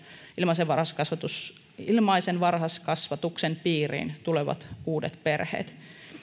ilmaisen varhaiskasvatuksen ilmaisen varhaiskasvatuksen piiriin tulevat uudet perheet